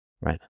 right